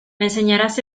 enseñarás